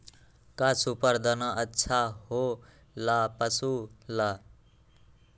का सुपर दाना अच्छा हो ला पशु ला?